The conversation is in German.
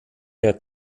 der